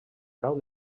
grau